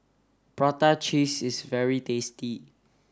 prata cheese is very tasty